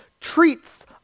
treats